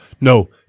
No